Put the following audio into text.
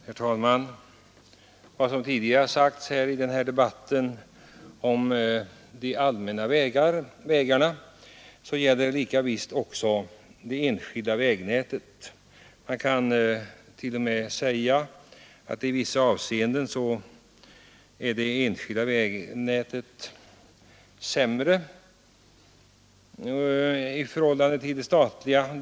Herr talman! Vad som tidigare sagts i den här debatten om de allmänna vägarna gäller lika visst också det enskilda vägnätet. Man kan t.o.m. säga att i vissa avseenden är det enskilda vägnätet sämre än det statliga.